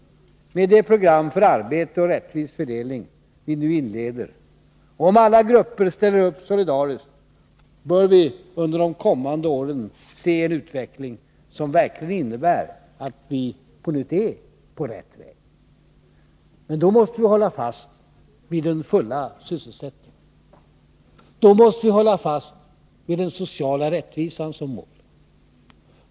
Med det program för arbete och rättvis fördelning som vi nu inleder bör vi, om alla grupper ställer upp solidariskt, under de kommande åren se en utveckling som verkligen innebär att vi är på rätt väg. Men då måste vi hålla fast vid den fulla sysselsättningen och den sociala rättvisan som mål.